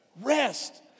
Rest